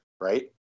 Right